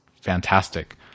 fantastic